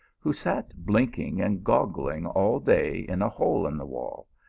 who sat blinking and goggling all day in a hole in the wall,